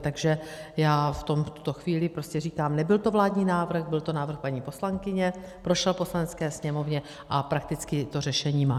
Takže já k tomu v tuto chvíli říkám, nebyl to vládní návrh, byl to návrh paní poslankyně, prošel v Poslanecké sněmovně a prakticky to řešení má.